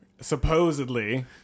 supposedly